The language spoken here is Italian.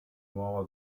nuova